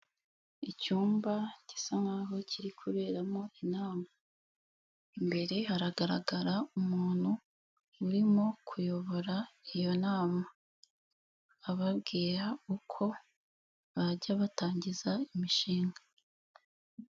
Icyumba gisa nk'aho kiri kuberamo inama, imbere haragaragara umuntu urimo kuyobora iyo nama ababwira uko bajya batangiza imishinga.